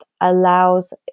allows